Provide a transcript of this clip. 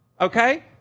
okay